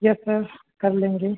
yes sir कर लेंगे